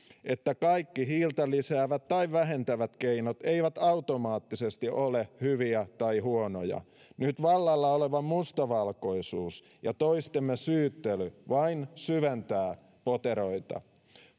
että kaikki hiiltä lisäävät tai vähentävät keinot eivät automaattisesti ole hyviä tai huonoja nyt vallalla oleva mustavalkoisuus ja toistemme syyttely vain syventää poteroita